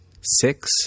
six